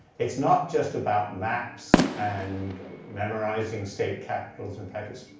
it's not just about maps and memorizing state capitals. in fact,